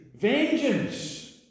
vengeance